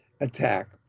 attack